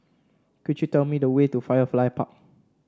could you tell me the way to Firefly Park